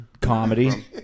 Comedy